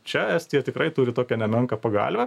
čia estija tikrai turi tokią nemenką pagalvę